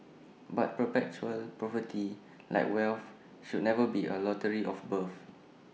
but perpetual poverty like wealth should never be A lottery of birth